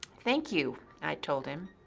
thank you, i told him,